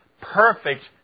perfect